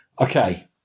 okay